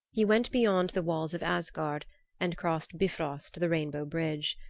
he went beyond the walls of asgard and crossed bifrost, the rainbow bridge.